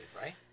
right